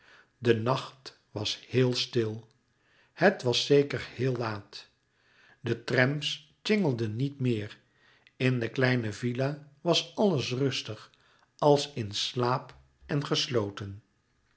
de nacht was héel stil het was zeker heel laat de trams tjingelden niet meer in de kleine villa was alles rustig als in slaap en gesloten